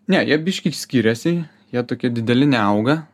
ne jie biški skiriasi jie tokie dideli neauga